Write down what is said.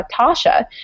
Tasha